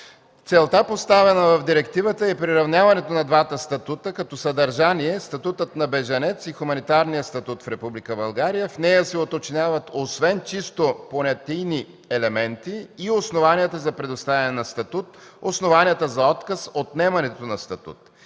Целта, поставена в директивата, е приравняването на двата статута като съдържание – статутът на бежанец и хуманитарния статут в Република България. В нея се уточняват освен чисто понятийни елементи и основанията за предоставяне на статут, основанията за отказ, отнемане на статут.